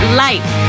life